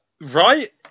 Right